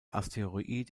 asteroid